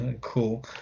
cool